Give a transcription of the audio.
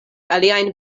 aliajn